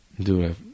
Dude